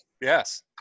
Yes